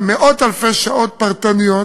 מאות-אלפי שעות פרטניות,